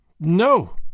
No